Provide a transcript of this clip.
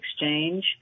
Exchange